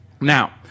Now